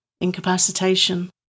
incapacitation